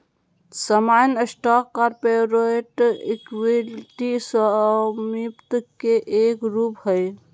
सामान्य stock corporate equity स्वामित्व के एक रूप हय